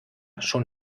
schon